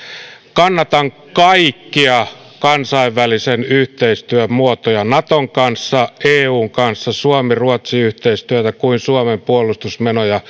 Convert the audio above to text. kannatan kaikkia kansainvälisen yhteistyön muotoja naton kanssa eun kanssa suomi ruotsi yhteistyötä ja suomen puolustusmenoja